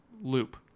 loop